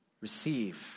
receive